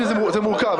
זה מורכב,